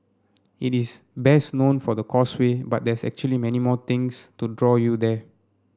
it is best known for the Causeway but there's actually many more things to draw you there